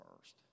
first